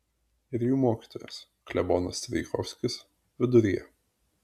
ir jų mokytojas klebonas strijkovskis viduryje